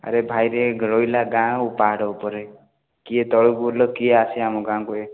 ଆରେ ଭାଇରେ ରହିଲା ଗାଁ ଆଉ ପାହାଡ଼ ଉପରେ କିଏ ତଳକୁ ଓହ୍ଲିବ କିଏ ଆସିବ ଆମ ଗାଁକୁ ହେ